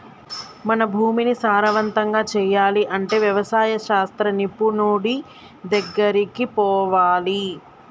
మన భూమిని సారవంతం చేయాలి అంటే వ్యవసాయ శాస్త్ర నిపుణుడి దెగ్గరికి పోవాలి